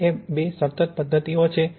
તેથી તે બે સતત પદ્ધતિઓ છે